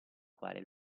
quale